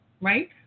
right